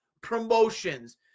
Promotions